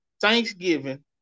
Thanksgiving